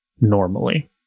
normally